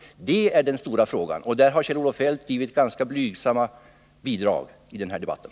Det är den stora frågan, och i det avseendet har Kjell-Olof Feldt gett ett ganska blygsamt bidrag i den här debatten.